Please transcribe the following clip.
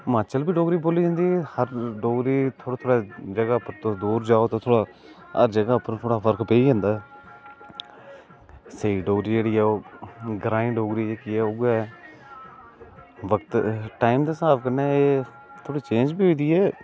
हिमाचल बी डोगरी बोल्ली जंदी थोह्ड़ा थोह्ड़ा जगह पर दूर जाओ ते उत्थें हर जगह पर थोह्ड़ा फर्क पेई गै जंदा ऐ स्हेई डोगरी पर जाओ ग्राएं डोगरी जेह्की ऐ उऐ वक्त टाईम दे स्हाब कन्नै एह् थोह्ड़ी चेंज़ बी होई दी ऐ